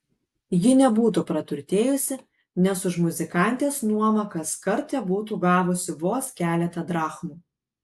ji nebūtų praturtėjusi nes už muzikantės nuomą kaskart tebūtų gavusi vos keletą drachmų